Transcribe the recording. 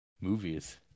Movies